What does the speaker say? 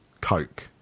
Coke